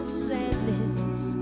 sadness